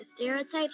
stereotypes